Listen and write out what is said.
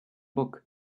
book